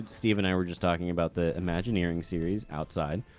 steve and i were just talking about the imagineering series outside,